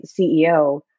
CEO